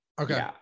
Okay